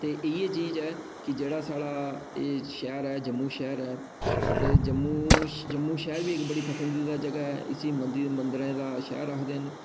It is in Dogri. ते इ'यै चीज ऐ कि जेह्ड़ा साढ़ा शैह्र ऐ जम्मू शैह्र ऐ ते जम्मू जम्मू शैह्र मेरी पसंदिदा जगह् ऐ मंदरें दा शैह्र ऐ आखदे न